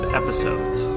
episodes